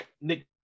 Nick